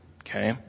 Okay